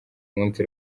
munsi